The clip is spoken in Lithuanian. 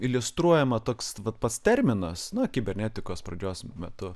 iliustruojama toks pats terminas na kibernetikos pradžios metu